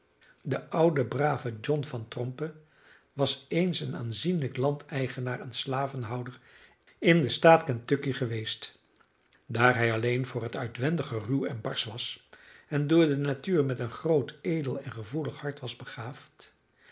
de oude brave john van trompe was eens een aanzienlijk landeigenaar en slavenhouder in den staat kentucky geweest daar hij alleen voor het uitwendige ruw en barsch was en door de natuur met een groot edel en gevoelig hart was begaafd